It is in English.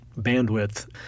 bandwidth